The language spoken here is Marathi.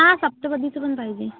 हां सप्तपदीचं पण पाहिजे